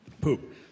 poop